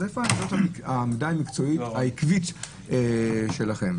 איפה העמדה המקצועית העקבית שלהם?